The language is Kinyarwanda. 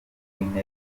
ministri